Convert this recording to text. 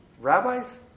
rabbis